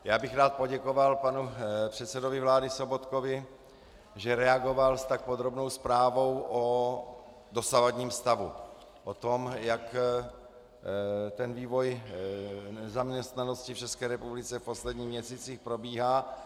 Já bych rád poděkoval panu předsedovi vlády Sobotkovi, že reagoval s tak podrobnou zprávou o dosavadním stavu, o tom, jak vývoj nezaměstnanosti v České republice v posledních měsících probíhá.